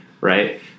right